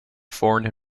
foreign